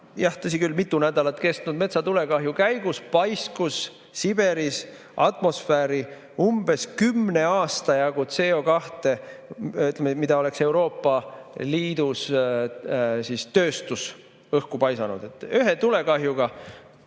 – tõsi küll, mitu nädalat kestnud – metsatulekahju käigus paiskus Siberis atmosfääri umbes kümne aasta jagu CO2,mida oleks Euroopa Liidus tööstus õhku paisanud. Ühe tulekahjuga